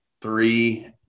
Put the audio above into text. Three